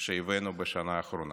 שהבאנו בשנה האחרונה.